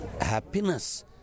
happiness